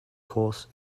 course